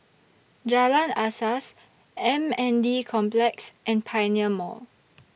Jalan Asas M N D Complex and Pioneer Mall